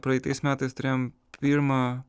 praeitais metais turėjom pirmą